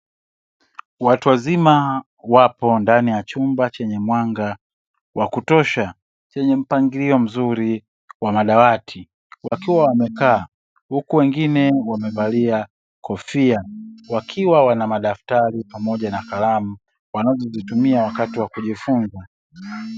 Watu wazima wapo ndani ya chumba chenye mwanga wa kutosha, chenye mpangilio mzuri wa madawati. Wakiwa wamekaa huku wengine wamevalia kofia, wakiwa wana madaftari pamoja na kalamu wanazozitumia wakati wa kujifunza.